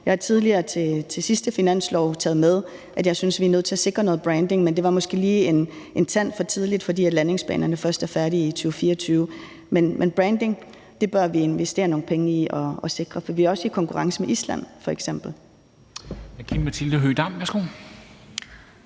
Jeg har tidligere og ved sidste finanslov taget med, at jeg synes, vi er nødt til at sikre noget branding, men det var måske lige en tand for tidligt, fordi landingsbanerne først er færdige i 2024. Men branding bør vi investere nogle penge i at sikre, for vi er også i konkurrence med Island f.eks. Kl.